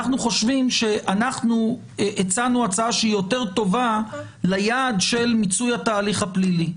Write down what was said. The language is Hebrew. אנחנו חושבים שאנחנו הצענו הצעה יותר טובה ליעד של מיצוי התהליך הפלילי,